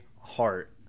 heart